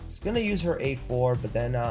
gonna use her a four but then ah